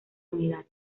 unidad